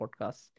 podcasts